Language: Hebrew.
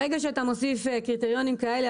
ברגע שאתה מוסיף קריטריונים כאלה,